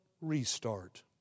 restart